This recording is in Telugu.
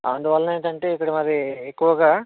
అందు వల్ల ఏంటంటే ఇక్కడ మరి ఎక్కువగా